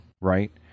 Right